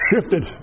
shifted